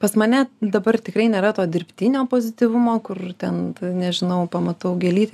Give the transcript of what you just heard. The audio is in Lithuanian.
pas mane dabar tikrai nėra to dirbtinio pozityvumo kur ten nežinau pamatau gėlytę